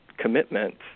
commitments